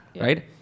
right